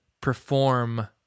perform